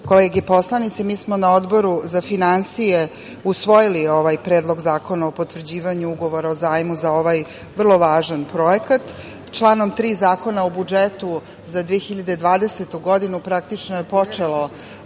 kolege poslanici, mi smo na Odboru za finansije usvojili ovaj Predlog zakona o potvrđivanju ugovora o zajmu za ovaj vrlo važan projekat. Članom 3. Zakona o budžetu za 2020. godinu, praktično je počela